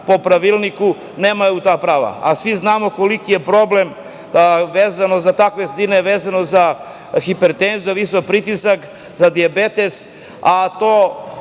po pravilniku nemaju ta prava. Svi znamo koliki je problem vezano za takve sredine, vezano za hipertenziju, visok pritisak, za dijabetes, a to